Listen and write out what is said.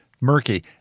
Murky